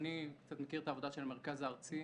אני קצת מכיר את העבודה של המרכז הארצי,